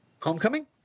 Homecoming